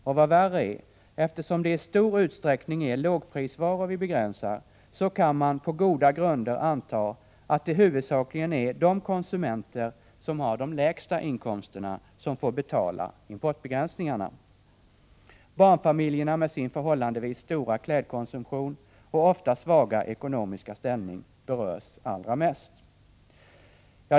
Och, vad värre är: Eftersom det i stor utsträckning är lågprisvaror begränsningarna gäller, kan man på goda grunder anta att det huvudsakligen är de konsumenter som har de lägsta inkomsterna som får betala importbegränsningarna. Barnfamiljerna med sin förhållandevis stora klädkonsumtion och ofta svaga ekonomiska ställning berörs allra mest.